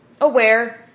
aware